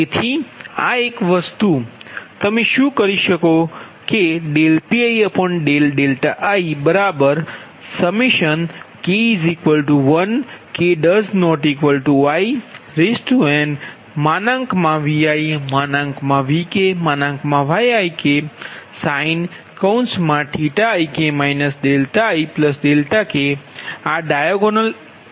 તેથી આ એક વસ્તુ તમે શું કરી શકો છો કે Piik1 k≠i nViVkYiksin⁡ik ik આ ડાયાગોનલ તત્વ છે